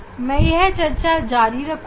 मैं यह चर्चा जारी रखूंगा